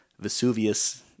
Vesuvius